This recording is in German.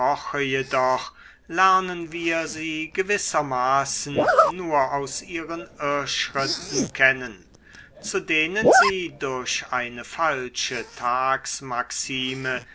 lernen wir sie gewissermaßen nur aus ihren irrschritten kennen zu denen sie durch eine falsche